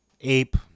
Ape